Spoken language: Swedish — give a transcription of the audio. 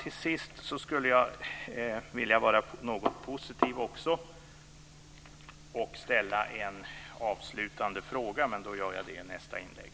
Till sist skulle jag vilja vara något positiv också och ställa en avslutande fråga. Jag gör det i nästa inlägg.